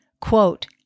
Quote